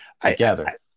together